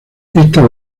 esta